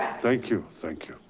thank you, thank you.